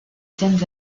scènes